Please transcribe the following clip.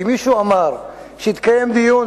אם מישהו אמר שיתקיים דיון,